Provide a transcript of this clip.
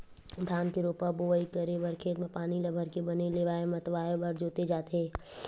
धान के रोपा बोवई करे बर खेत म पानी ल भरके बने लेइय मतवाए बर जोते जाथे